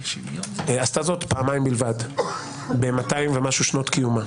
עשתה זאת פעמיים בלבד ב-200 ומשהו שנות קיומה.